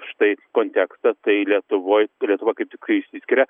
štai kontekstą tai lietuvoj lietuva kaip tik kai išsiskiria